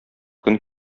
көн